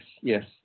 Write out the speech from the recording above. yes